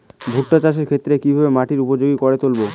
ভুট্টা চাষের ক্ষেত্রে কিভাবে মাটিকে উপযোগী করে তুলবো?